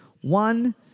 one